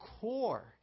core